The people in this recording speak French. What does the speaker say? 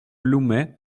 loumet